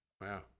Wow